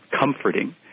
comforting